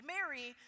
Mary